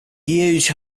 huge